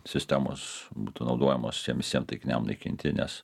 sistemos būtų naudojamos tiem visiem taikiniam naikinti nes